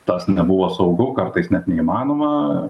tas nebuvo saugu kartais net neįmanoma